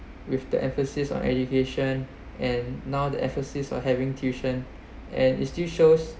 with the emphasis on education and now the emphasis of having tuition and it's still shows